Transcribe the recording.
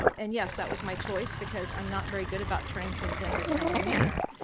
and yes, that was my choice, because i'm not very good about turning things in in a timely manner.